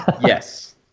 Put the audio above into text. Yes